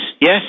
yes